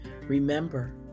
Remember